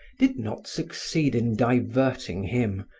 did not succeed in diverting him,